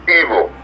evil